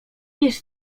wiesz